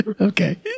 Okay